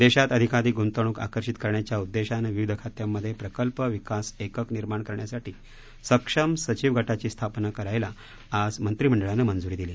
देशात अधिकाधिक गुंतवणूक आकर्षित करण्याच्या उद्देशाने विविध खात्यांमधे प्रकल्प विकास एकक निर्माण करण्यासाठी सक्षम सचिव गटाची स्थापना करण्याला आज मंत्रिमंडळाने मंजुरी दिली